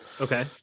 Okay